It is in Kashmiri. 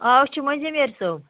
آ أسۍ چھُ مٔنٛزِم یٲرۍ صٲب